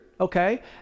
okay